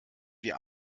wir